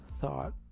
thought